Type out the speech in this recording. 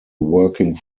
working